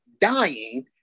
dying